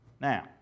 Now